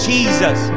Jesus